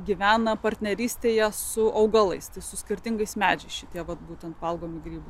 gyvena partnerystėje su augalais su skirtingais medžiais šitie vat būtent valgomų grybų